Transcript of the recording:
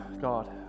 God